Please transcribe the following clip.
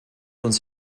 uns